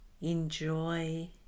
enjoy